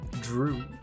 Drew